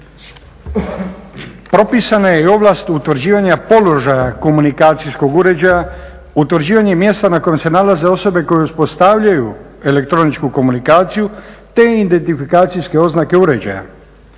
Propisana je i ovlast utvrđivanja položaja komunikacijskog uređaja, utvrđivanje mjesta na kojem se nalaze osobe koje uspostavljaju elektroničku komunikaciju te identifikacijske oznake uređaja.